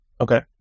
Okay